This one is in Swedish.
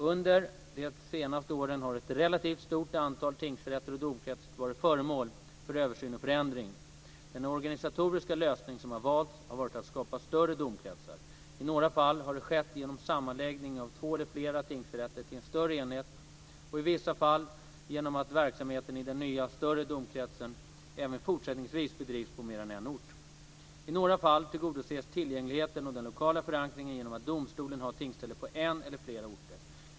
Under de senaste åren har ett relativt stort antal tingsrätter och domkretsar varit föremål för översyn och förändring. Den organisatoriska lösning som har valts har varit att skapa större domkretsar. I några fall har det skett genom sammanläggning av två eller flera tingsrätter till en större enhet och i vissa fall genom att verksamheten i den nya större domkretsen även fortsättningsvis bedrivs på mer än en ort. I några fall tillgodoses tillgängligheten och den lokala förankringen genom att domstolen har tingsställe på en eller flera orter.